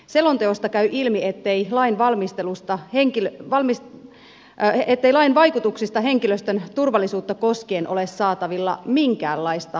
selonteosta käy ilmi ettei lain vaikutuksista henkilöstön turvallisuutta koskien ole saatavilla minkäänlaista tutkimustietoa